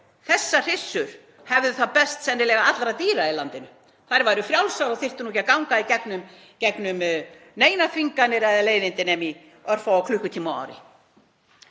þessar hryssur hefðu það sennilega best allra dýra í landinu, þær væru frjálsar og þyrftu ekki að ganga í gegnum neinar þvinganir eða leiðindi nema í örfáa klukkutíma á ári.